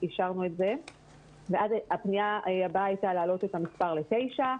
אפשרנו את זה ואז הפנייה הבאה הייתה להעלות את המספר לתשעה,